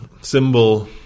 symbol